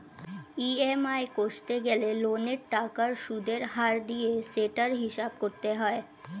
EMI কষতে গেলে লোনের টাকার সুদের হার দিয়ে সেটার হিসাব করতে হয়